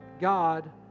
God